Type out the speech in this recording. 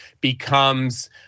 becomes